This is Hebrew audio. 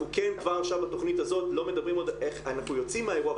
אנחנו כן כבר עכשיו בתכנית הזאת לא מדברים איך יוצאים מהאירוע,